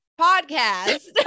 podcast